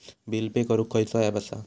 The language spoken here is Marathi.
बिल पे करूक खैचो ऍप असा?